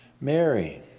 Mary